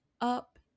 up